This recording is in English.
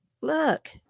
Look